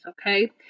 okay